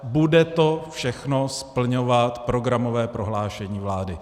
Bude to všechno splňovat programové prohlášení vlády.